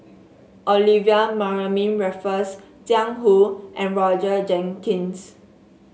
Olivia Mariamne Raffles Jiang Hu and Roger Jenkins